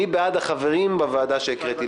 מי בעד החברים בשתי הוועדות שהקראתי,